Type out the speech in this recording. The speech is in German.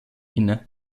inne